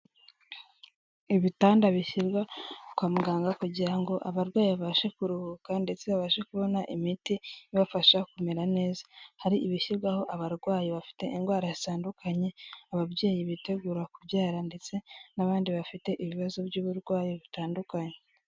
Ibitanda bishyirwa kwa muganga kugira ngo abarwayi babashe kuruhuka ndetse babashe kubona imiti ibafasha kumera neza, hari ibishyirwaho abarwayi bafite indwara zitandukanye, ababyeyi bitegura kubyara ndetse n'abandi bafite ibibazo by'uburwayi butandukanye.